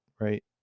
right